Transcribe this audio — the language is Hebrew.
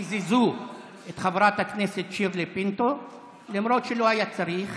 קיזזו את חברת הכנסת שירלי פינטו למרות שלא היה צריך